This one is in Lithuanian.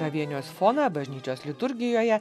gavėnios foną bažnyčios liturgijoje